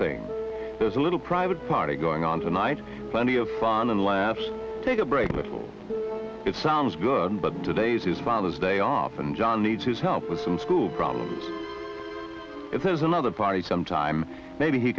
thing there's a little private party going on tonight plenty of fun and laughs take a break little it sounds good but today's is father's day off and john needs his help with some school problem if there's another party sometime maybe he